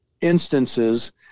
instances